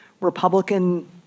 Republican